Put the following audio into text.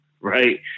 right